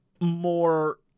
more